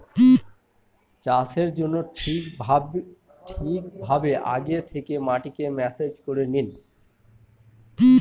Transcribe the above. চাষের জন্য ঠিক ভাবে আগে থেকে মাটিকে ম্যানেজ করে নেয়